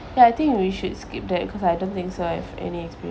ya I think we should skip that because I don't think so I have any